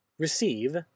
Receive